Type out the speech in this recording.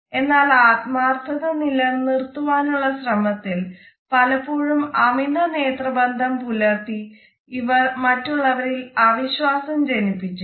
എന്നാൽ ആത്മാർത്ഥത നിലനിർത്തുവാനുള്ള ശ്രമത്തിൽ പലപ്പോഴും അമിത നേത്രബന്ധം പുലർത്തി ഇവർ മറ്റുള്ളവരിൽ അവിശ്വാസം ജനിപ്പിച്ചേക്കാം